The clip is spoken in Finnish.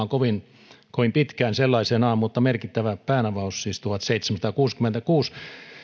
ei pystynyt vaikuttamaan kovin pitkään sellaisenaan mutta merkittävä päänavaus siis tuhatseitsemänsataakuusikymmentäkuusi